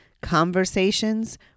conversations